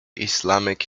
islamic